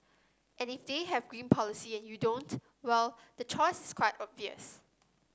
and if they have green policy and you don't well the choice is quite obvious